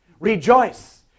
rejoice